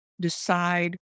decide